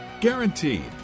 Guaranteed